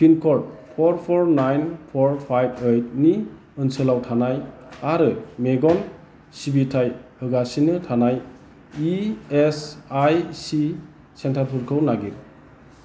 पिनक'ड four four nine four five ओइटनि ओनसोलाव थानाय आरो मेगन सिबिथाय होगासिनो थानाय इ एस आइ सि सेन्टारफोरखौ नागिर